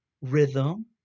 rhythm